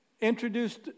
introduced